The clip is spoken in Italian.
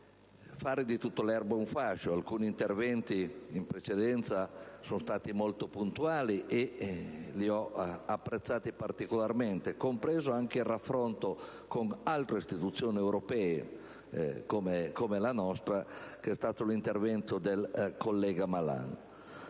fare di tutta l'erba un fascio. Alcuni interventi sono stati molto puntuali e li ho apprezzati particolarmente, compreso il raffronto con altre istituzioni europee analoghe alla nostra (mi riferisco all'intervento del collega Malan).